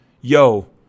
Yo